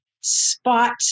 spot